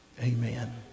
Amen